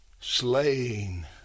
slain